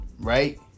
right